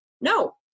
No